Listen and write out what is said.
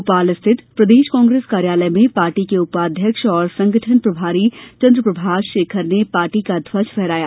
भोपाल स्थित प्रदेश कांग्रेस कार्यालय में पार्टी के उपाध्यक्ष एवं संगठन प्रभारी चंद्रप्रभाष शेखर ने पार्टी का ध्वज फहराया